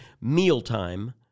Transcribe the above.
mealtime